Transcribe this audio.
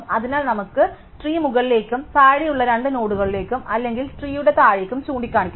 അതിനാൽ നമുക്ക് ട്രീ മുകളിലേക്കും താഴെയുള്ള രണ്ട് നോഡുകളിലേക്കും അല്ലെങ്കിൽ ട്രീയുടെ താഴേക്കും ചൂണ്ടിക്കാണിക്കാം